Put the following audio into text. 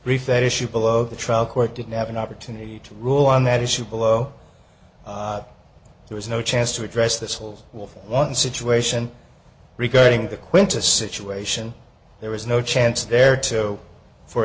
reach that issue below the trial court didn't have an opportunity to rule on that issue below there was no chance to address this whole wolf one situation regarding the quinta situation there was no chance there to for